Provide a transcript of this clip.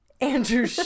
Andrew